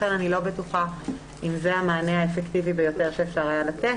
לכן אני לא בטוחה אם זה המענה האפקטיבי ביותר שאפשר היה לתת.